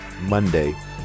Monday